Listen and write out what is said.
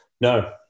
No